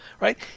Right